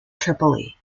tripoli